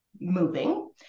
moving